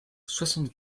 soixante